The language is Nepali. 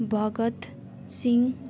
भगतसिंह